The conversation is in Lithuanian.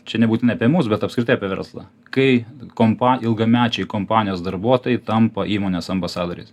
čia nebūtinai apie mus bet apskritai apie verslą kai kompa ilgamečiai kompanijos darbuotojai tampa įmonės ambasadoriais